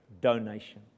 donation